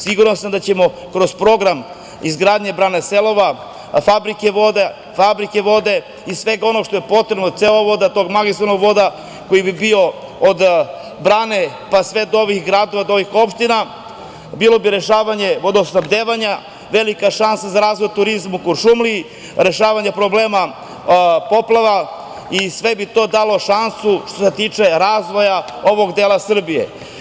Siguran sam da ćemo kroz program izgradnje brane „Selova“ fabrike vode i svega onoga što je potrebno, do tog magistralnog vodovoda koji bi bio od brane, pa sve do gradova, do ovih opština, bilo bi rešavanje vodosnabdevanja velika šansa za razvoj turizma u Kuršumliji, rešavanje problema poplava i sve bi to dalo šansu što se tiče razvoja ovog dela Srbije.